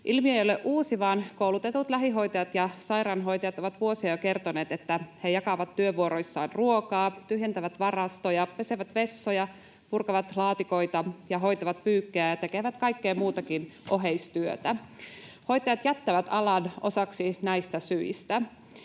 Ilmiö ei ole uusi, vaan koulutetut lähihoitajat ja sairaanhoitajat ovat jo vuosia kertoneet, että he jakavat työvuoroissaan ruokaa, tyhjentävät varastoja, pesevät vessoja, purkavat laatikoita ja hoitavat pyykkejä ja tekevät kaikkea muutakin oheistyötä. Hoitajat jättävät alan osaksi näistä syistä.